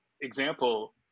example